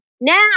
Now